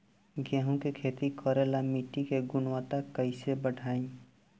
गेहूं के खेती करेला मिट्टी के गुणवत्ता कैसे बढ़ाई?